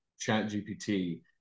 ChatGPT